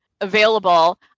available